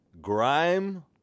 Grime